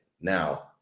Now